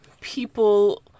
people